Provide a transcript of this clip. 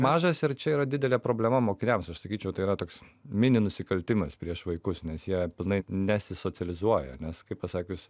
mažas ir čia yra didelė problema mokiniams aš sakyčiau tai yra toks mini nusikaltimas prieš vaikus nes jie pilnai nesisocializuoja nes kaip pasakius